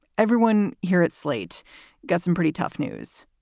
everyone here at slate got some pretty tough news.